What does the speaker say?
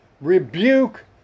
rebuke